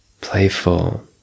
playful